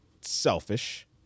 selfish